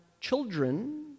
children